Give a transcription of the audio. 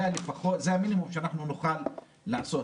זה המינימום שאנחנו נוכל לעשות.